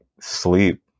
sleep